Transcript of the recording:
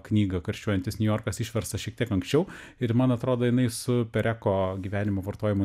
knygą karščiuojantis niujorkas išverstą šiek tiek anksčiau ir man atrodo jinai su pereko gyvenimo vartojimo